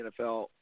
NFL